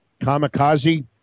Kamikaze